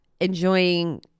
enjoying